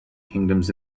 kingdoms